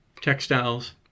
textiles